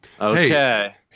Okay